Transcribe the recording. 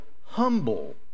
humble